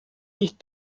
ich